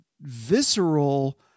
visceral